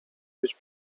być